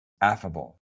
affable